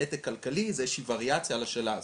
נתק כלכלי זה איזושהי ווריאציה לשאלה הזאת,